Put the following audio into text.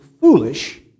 foolish